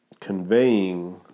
conveying